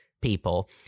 people